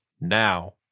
now